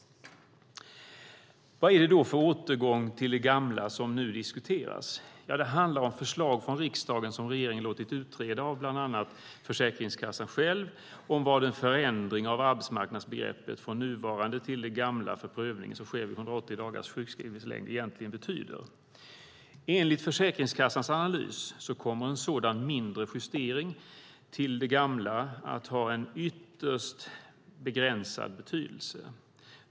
Vad är det då för återgång till det gamla som nu diskuteras? Det handlar om förslag från riksdagen som regeringen har låtit utreda av bland annat Försäkringskassan själv om vad en förändring av arbetsmarknadsbegreppet från det nuvarande till det gamla där prövningen sker vid 180 dagars sjukskrivningslängd egentligen betyder. Enligt Försäkringskassans analys kommer en sådan mindre justering till det gamla att ha en ytterst begränsad betydelse.